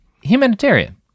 Humanitarian